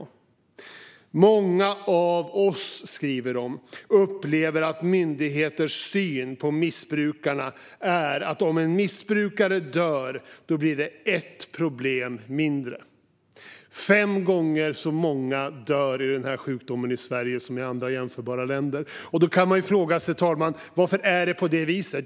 De skriver: Många av oss upplever att myndigheters syn på missbrukarna är att om en missbrukare dör blir det ett problem mindre. I Sverige dör fem gånger så många som i jämförbara länder i denna sjukdom. Då kan man fråga sig varför det är på det viset.